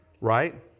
Right